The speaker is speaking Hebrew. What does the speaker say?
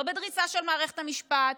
לא בדריסה של מערכת המשפט,